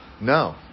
No